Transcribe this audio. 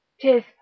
Tis